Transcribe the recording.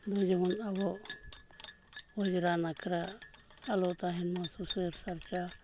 ᱫᱚ ᱡᱮᱢᱚᱱ ᱟᱵᱚ ᱚᱸᱡᱽᱨᱟ ᱱᱟᱠᱷᱨᱟ ᱟᱞᱚ ᱛᱟᱦᱮᱱᱢᱟ ᱥᱩᱥᱟᱹᱨ ᱥᱟᱨᱪᱟ